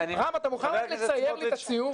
ח"כ סמוטריץ' --- רם אתה מוכן לצייר לי את הציור?